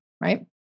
right